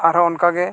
ᱟᱨᱦᱚᱸ ᱚᱱᱟᱠᱟ ᱜᱮ